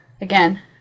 again